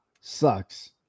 sucks